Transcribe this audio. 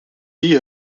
die